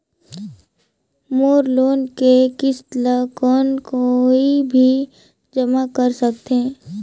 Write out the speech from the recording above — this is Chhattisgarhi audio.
मोर लोन के किस्त ल कौन कोई भी जमा कर सकथे?